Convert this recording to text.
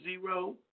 zero